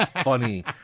funny